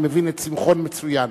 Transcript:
אני מבין את שמחון מצוין.